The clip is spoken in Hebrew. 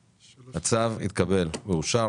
הצבעה אושר הצו אושר.